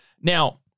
Now